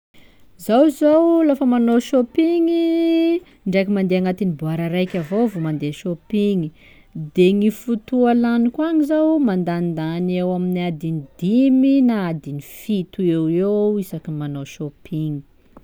Zaho zô lafa manao shoppigny, ndraiky mandeha agnatiny boara raiky avao vao mandeha shoppigny, de gny fotoà laniko agny zô mandanindany eo amin'ny adiny dimy na adiny fito eo eo isaky ny manao shoppigny.